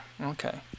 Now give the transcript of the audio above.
okay